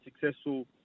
successful